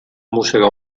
mossegar